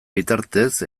bitartez